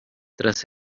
tras